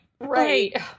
right